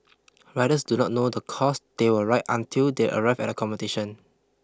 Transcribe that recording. riders do not know the course they will ride until they arrive at the competition